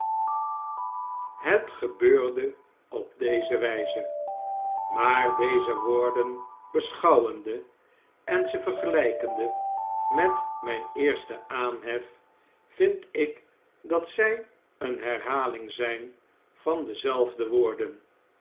het gebeurde op deze wflze maar deze woorden beschouwende en ze vergelpende met mijn eersten aanhef vindik dat zij een herhaling zgn van dezelfde woorden